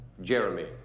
Jeremy